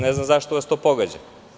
Ne znam zašto vas to pogađa.